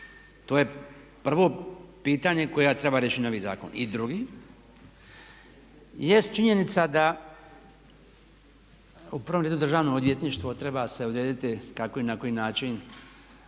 To je prvo pitanje koje treba riješiti novi zakon. I drugi jest činjenica da u prvom redu Državno odvjetništvo treba se odrediti kako i na koji način